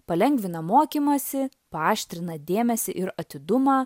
palengvina mokymąsi paaštrina dėmesį ir atidumą